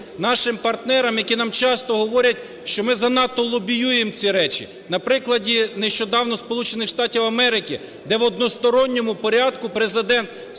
нашим партнерам, які нам часто говорять, що ми занадто лобіюємо ці речі, на прикладі нещодавно Сполучених Штатів Америки, де в односторонньому порядку Президент